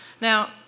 Now